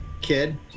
kid